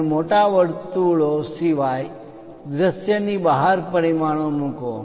તમે મોટા વર્તુળો સિવાય દૃશ્યની બહાર પરિમાણો મૂકો